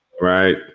Right